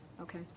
Okay